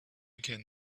can